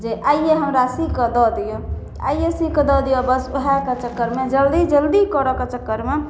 जे आइए हमरा सी कऽ दऽ दिअऽ आइए सी कऽ दऽ दिअऽ बस वएहके चक्करमे जल्दी जल्दी करऽके चक्करमे